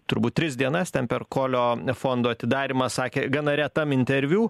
turbūt tris dienas ten per kolio fondo atidarymą sakė gana retam interviu